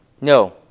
No